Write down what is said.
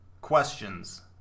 Questions